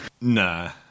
nah